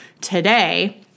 today